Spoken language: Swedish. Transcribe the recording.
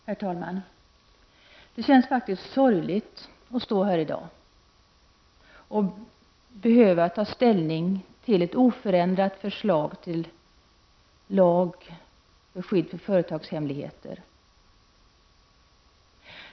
Herr talman! Det känns faktiskt sorgligt att stå här i dag och behöva ta ställning till ett oförändrat förslag till lag om skydd för företagshemligheter.